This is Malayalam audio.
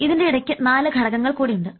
ഇതിൻറെ ഇടയ്ക്ക് നാല് ഘടകങ്ങൾ കൂടി ഉണ്ട്